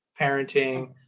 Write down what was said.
parenting